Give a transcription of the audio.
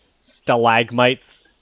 stalagmites